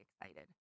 excited